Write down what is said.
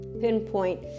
pinpoint